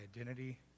identity